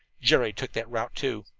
jerry took that route, too.